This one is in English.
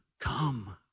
come